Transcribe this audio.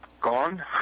gone